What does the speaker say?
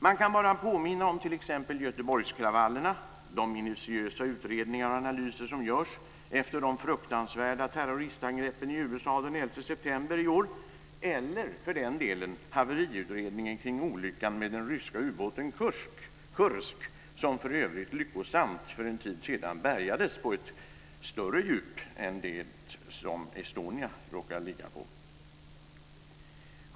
Man ska bara påminna om t.ex. Göteborgskravallerna, de minutiösa utredningar och analyser som görs efter de fruktansvärda terroristangreppen i USA den 11 september i år eller för den delen haveriutredningen kring olyckan med den ryska ubåten Kursk, som för övrigt för en tid sedan lyckosamt bärgades på ett större djup än det som Estonia råkar ligga på.